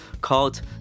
called